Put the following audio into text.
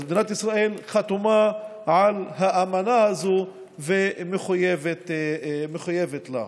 מדינת ישראל חתומה על האמנה הזאת ומחויבת לה.